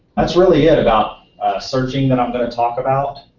that's really it about searching that i'm going to talk about.